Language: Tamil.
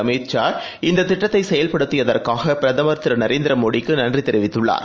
அமித் ஷா இந்தத் திட்டத்தைசெயல்படுத்தியதற்காகபிரதமர் திருநரேந்திரமோடிக்குநன்றிதெரிவித்துள்ளார்